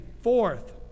fourth